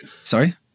Sorry